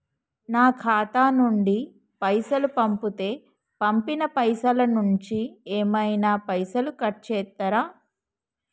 నా ఖాతా నుండి పైసలు పంపుతే పంపిన పైసల నుంచి ఏమైనా పైసలు కట్ చేత్తరా?